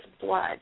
blood